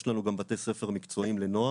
יש לנו גם בתי ספר מקצועיים לנוער,